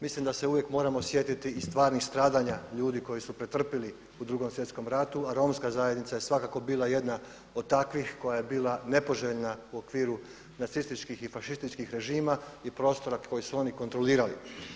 Mislim da se uvijek moramo sjetiti i stvarnih stradanja ljudi koji su pretrpjeli u Drugom svjetskom ratu a Romska zajednica je svakako bila jedna od takvih koja je bila nepoželjna u okviru nacističkih i fašističkih režima i prostora koji su oni kontrolirali.